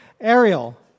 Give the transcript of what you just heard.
Ariel